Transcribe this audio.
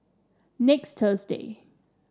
next Thursday